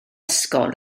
ysgol